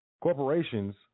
corporations